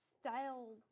style